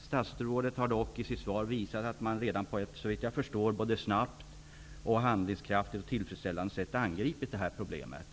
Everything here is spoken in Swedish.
Statsrådet har dock i sitt svar visat att man redan på ett, så vitt jag förstår, snabbt, handlingskraftigt och tillfredsställande sätt angripit problemet.